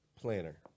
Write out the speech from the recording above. planner